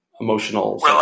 emotional